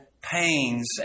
pains